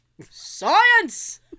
Science